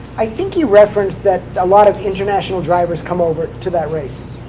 i think he referenced that a lot of international drivers come over to that race.